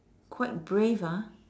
quite brave ah